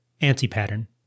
anti-pattern